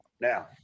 Now